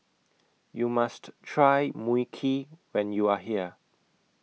YOU must Try Mui Kee when YOU Are here